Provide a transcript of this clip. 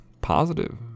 positive